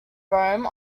rome